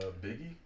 Biggie